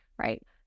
right